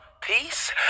Peace